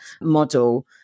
model